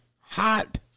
hot